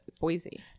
Boise